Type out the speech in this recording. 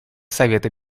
совета